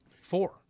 Four